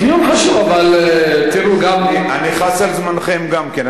דיון חשוב, אבל תראו, אני חס על זמנכם, גם כן.